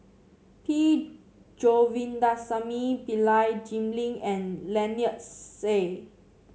P Govindasamy Pillai Jim Lim and Lynnette Seah